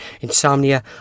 insomnia